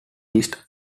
list